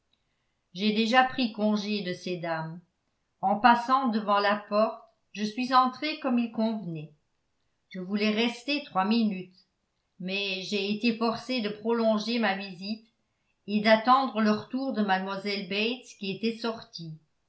j'ai déjà pris congé de ces dames en passant devant la porte je suis entré comme il convenait je voulais rester trois minutes mais j'ai été forcé de prolonger ma visite et d'attendre le retour de mlle bates qui était sortie